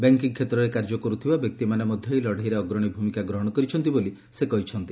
banking କ୍ଷେତ୍ରରେ କାର୍ଯ୍ୟ କରୁଥିବା ବ୍ୟକ୍ତିମାନେ ମଧ୍ୟ ଏହି ଲଢେଇରେ ଅଗ୍ରଣୀ ଭୂମିକା ଗ୍ରହଣ କରିଛନ୍ତି ବୋଲି ସେ କହିଛନ୍ତି